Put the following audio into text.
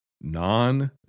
non